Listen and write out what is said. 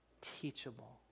teachable